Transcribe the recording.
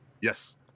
Yes